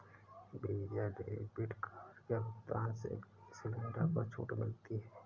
visa debit card के भुगतान से गैस सिलेंडर पर छूट मिलती है